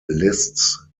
lists